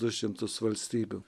du šimtus valstybių